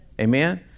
Amen